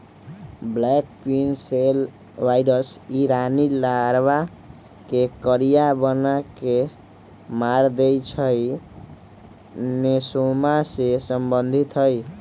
black queen cell virus इ रानी larva के करिया बना के मार देइ छइ इ नेसोमा से सम्बन्धित हइ